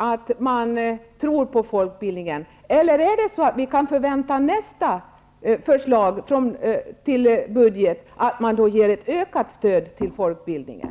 att man tror på folkbildningen, eller kan vi i nästa förslag till budget förvänta att man ger ett ökat stöd till folkbildningen?